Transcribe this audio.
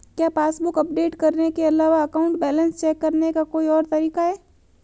क्या passbook update करने के अलावा अकाउंट बैलेंस चेक करने का कोई और तरीका है?